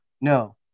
No